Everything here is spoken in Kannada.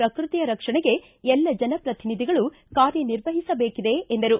ಪ್ರಕೃತಿಯ ರಕ್ಷಣೆಗೆ ಎಲ್ಲ ಜನಪ್ರತಿನಿಧಿಗಳು ಕಾರ್ಯ ನಿರ್ವಹಿಸಬೇಕಿದೆ ಎಂದರು